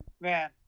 man